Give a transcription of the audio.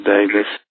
Davis